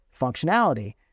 functionality